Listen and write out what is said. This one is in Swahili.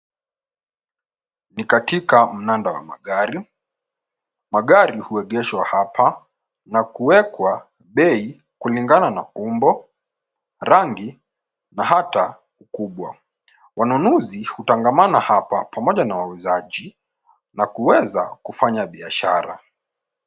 Ni katika mnanda wa magari. Magari huegeshwa hapa na kuwekwa bei kulingana na umbo, rangi na hata ukubwa. Wanunuzi hutangamana hapa pamoja na wauzaji na kuweza kufanya biashara.